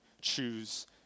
choose